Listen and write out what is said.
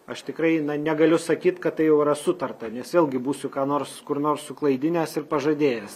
aš tikrai na negaliu sakyt kad tai jau yra sutarta nes vėlgi būsiu ką nors kur nors suklaidinęs ir pažadėjęs